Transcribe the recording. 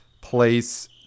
place